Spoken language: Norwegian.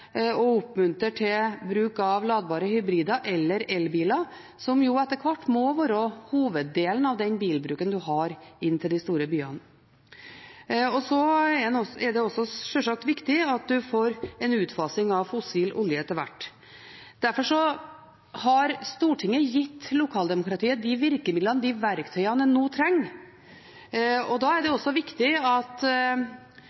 å oppmuntre til bruk av ladbare hybrider eller elbiler, som jo etter hvert må være hoveddelen av bilbruken inn til de store byene. Så er det sjølsagt også viktig at en får en utfasing av fossil olje etter hvert. Derfor har Stortinget gitt lokaldemokratiet de virkemidlene, de verktøyene, en nå trenger, og da er det også viktig at